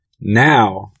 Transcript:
Now